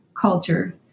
culture